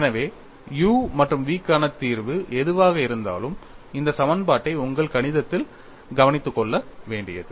எனவே u மற்றும் v க்கான தீர்வு எதுவாக இருந்தாலும் இந்த சமன்பாட்டை உங்கள் கணிதத்தில் கவனித்துக் கொள்ள வேண்டியது